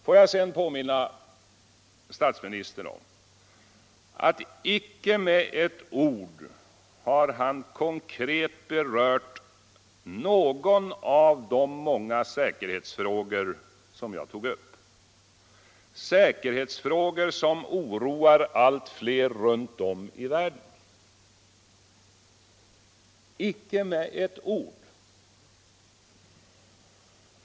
Får jag sedan påminna statsministern om att han icke med ett ord konkret har berört någon av de många säkerhetsfrågor som jag tog upp, säkerhetsfrågor som oroar allt fler runt om i världen — icke med ett ord!